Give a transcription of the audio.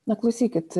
na klausykit